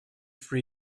for